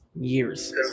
years